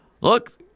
Look